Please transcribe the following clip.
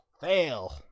Fail